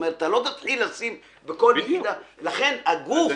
אתה לא תתחיל לשים בכל יחידה לכן הגוף --- בדיוק.